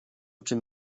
czym